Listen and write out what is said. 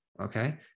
okay